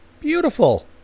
Beautiful